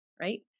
right